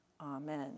Amen